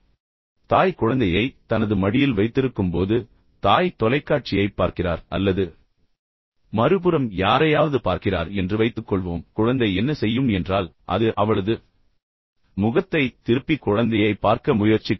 எனவே தாய் குழந்தையை தனது மடியில் வைத்திருக்கும்போது தாய் தொலைக்காட்சியைப் பார்க்கிறார் அல்லது மறுபுறம் யாரையாவது பார்க்கிறார் என்று வைத்துக்கொள்வோம் குழந்தை என்ன செய்யும் என்றால் அது அவளது முகத்தைத் திருப்பி குழந்தையைப் பார்க்க முயற்சிக்கும்